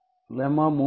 lemma 3